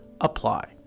apply